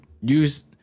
use